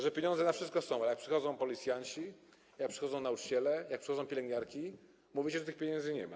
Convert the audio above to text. Że pieniądze na wszystko są, a jak przychodzą policjanci, jak przychodzą nauczyciele, jak przychodzą pielęgniarki, mówi się, że pieniędzy nie ma.